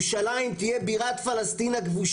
בכותרת יש - המצב הביטחוני בעיר העתיקה ובמרחב